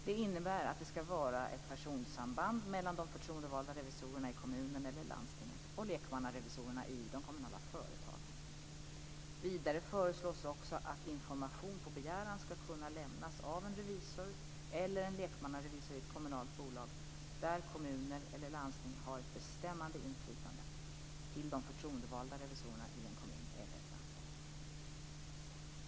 Det innebär att det skall vara ett personsamband mellan de förtroendevalda revisorerna i kommunen eller landstinget och lekmannarevisorerna i de kommunala företagen. Vidare föreslås också att information på begäran skall kunna lämnas av en revisor eller en lekmannarevisor i ett kommunalt bolag där kommuner eller landsting har ett bestämmande inflytande till de förtroendevalda revisorerna i en kommun eller ett landsting.